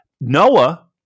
Noah